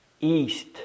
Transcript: East